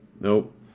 Nope